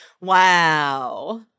Wow